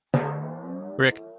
Rick